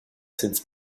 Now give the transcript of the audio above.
since